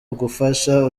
ugufasha